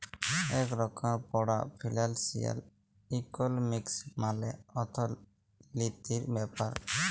ইক রকমের পড়া ফিলালসিয়াল ইকলমিক্স মালে অথ্থলিতির ব্যাপার